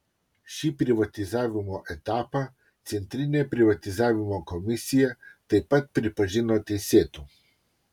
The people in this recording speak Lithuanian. šį privatizavimo etapą centrinė privatizavimo komisija taip pat pripažino teisėtu